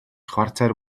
chwarter